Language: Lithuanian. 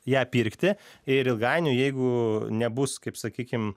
ją pirkti ir ilgainiui jeigu nebus kaip sakykim